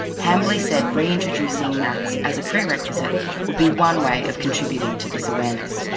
hambley said reintroducing maths as a prerequisite would be one way of contributing to this awareness.